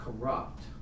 corrupt